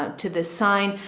to this sign.